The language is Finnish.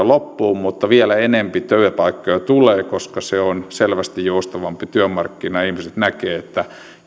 loppuu mutta vielä enempi työpaikkoja tulee koska se on selvästi joustavampi työmarkkina ihmiset näkevät että